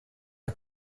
are